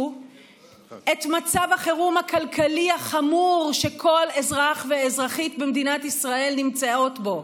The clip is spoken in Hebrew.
את מצב החירום הכלכלי החמור שכל אזרח ואזרחית במדינת ישראל נמצאות בו.